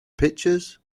pictures